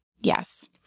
Yes